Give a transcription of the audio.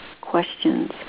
questions